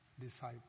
disciple